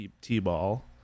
T-Ball